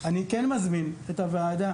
אני מזמין את הוועדה